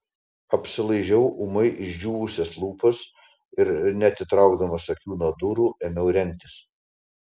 apsilaižiau ūmai išdžiūvusias lūpas ir neatitraukdamas akių nuo durų ėmiau rengtis